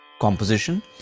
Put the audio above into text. composition